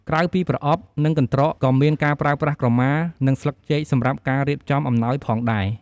ក្រៅពីប្រអប់ និងកន្ត្រក ក៏មានការប្រើប្រាស់ក្រមា និងស្លឹកចេកសម្រាប់ការរៀបចំអំណោយផងដែរ។